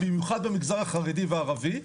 במיוחד במגזר החרדי והערבי,